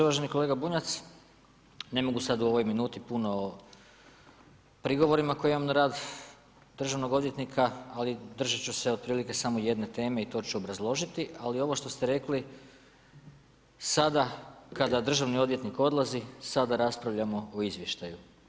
Uvaženi kolega Bunjac, ne mogu sada u ovoj minuti puno o prigovorima koje imam na rad Državnog odvjetnika, ali držati ću se otprilike samo jedne teme i to ću obrazložiti, ali ovo što ste rekli, sada, kada državni odvjetnik odlazi, sada raspravljamo o izvještaju.